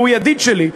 והוא ידיד שלי,